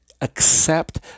accept